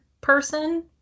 person